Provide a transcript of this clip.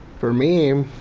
for me, um